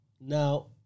Now